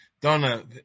Donna